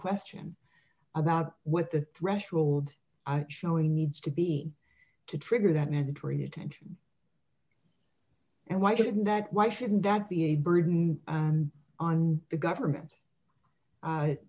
question about what the threshold showing needs to be to trigger that mandatory detention and why didn't that why shouldn't that be a burden on the government